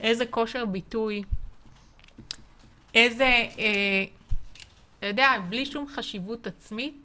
איזה כושר ביטוי, בלי שום חשיבות עצמית